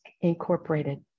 Incorporated